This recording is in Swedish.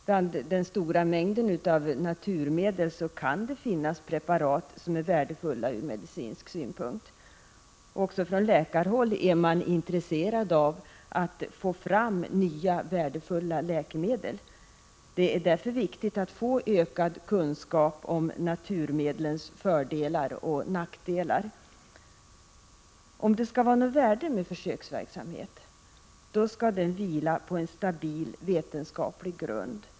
Bland den stora mängden naturmedel kan det finnas preparat som är värdefulla ur medicinsk synpunkt. Också från läkarhåll är man intresserad av att få fram nya värdefulla läkemedel. Det är därför viktigt att få ökad kunskap om naturmedlens fördelar och nackdelar. Om det skall vara något värde med försöksverksamhet skall den vila på en stabil vetenskaplig grund.